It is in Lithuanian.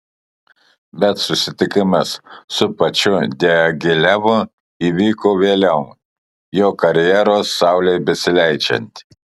bet susitikimas su pačiu diagilevu įvyko vėliau jo karjeros saulei besileidžiant